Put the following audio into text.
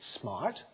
smart